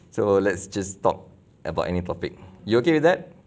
so let's just talk about any topic you okay with that